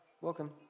welcome